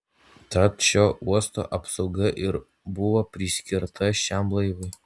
tad šio uosto apsauga ir buvo priskirta šiam laivui